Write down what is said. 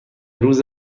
روز